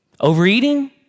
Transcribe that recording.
overeating